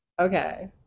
Okay